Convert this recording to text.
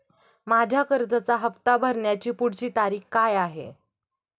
माझ्या कर्जाचा हफ्ता भरण्याची पुढची तारीख काय आहे?